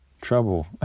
trouble